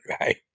right